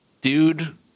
dude